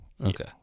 Okay